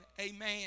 amen